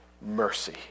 mercy